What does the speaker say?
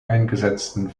eingesetzten